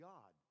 God